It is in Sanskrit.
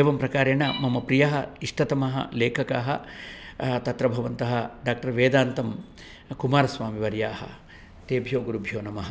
एवं प्रकारेण मम प्रियः इष्टतमः लेखकः तत्र भवन्तः डाक्टर् वेदान्तमारस्वामीवर्याः तेभ्यो गुरुभ्यो नमः